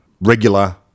regular